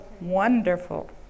wonderful